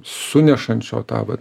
sunešančių va tą vat